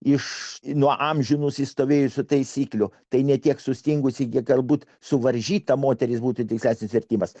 iš nuo amžių nusistovėjusių taisyklių tai ne tiek sustingusi kiek galbūt suvaržyta moteris būti teise atsivertimas